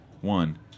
One